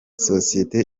sosiyete